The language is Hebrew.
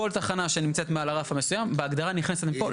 כל תחנה שנמצאת מעל הרף המסוים בהגדרה נכנסת לפה.